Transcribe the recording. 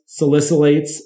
salicylates